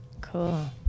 Cool